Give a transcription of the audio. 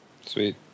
Sweet